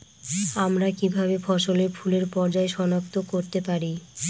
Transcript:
আমরা কিভাবে ফসলে ফুলের পর্যায় সনাক্ত করতে পারি?